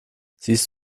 siehst